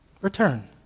Return